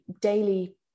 daily